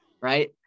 right